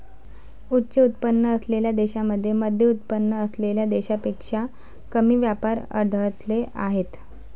उच्च उत्पन्न असलेल्या देशांमध्ये मध्यमउत्पन्न असलेल्या देशांपेक्षा कमी व्यापार अडथळे आहेत